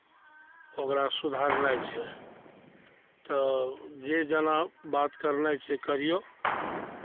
ओकरा सुधारनाइ छै तऽ जे जेना बात करनाइ छै करियौ